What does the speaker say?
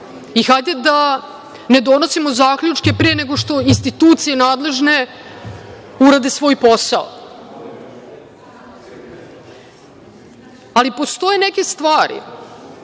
Hajde da ne donosimo zaključke pre nego što institucije nadležne urade svoj posao. Postoje neke stvari